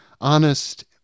honest